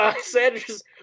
Sanders